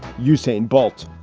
usain bolt